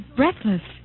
breathless